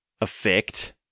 effect